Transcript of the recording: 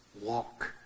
Walk